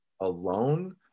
alone